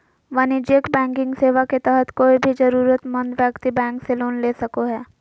वाणिज्यिक बैंकिंग सेवा के तहत कोय भी जरूरतमंद व्यक्ति बैंक से लोन ले सको हय